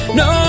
no